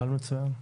רעיון מצוין.